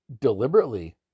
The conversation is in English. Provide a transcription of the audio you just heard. deliberately